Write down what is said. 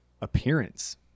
appearance